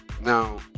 Now